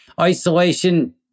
isolation